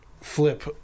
flip